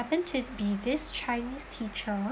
happened to be this chinese teacher